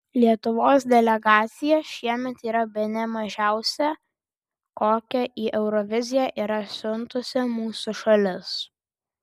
lietuvos delegacija šiemet yra bene mažiausia kokią į euroviziją yra siuntusi mūsų šalis